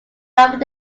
along